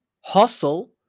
hustle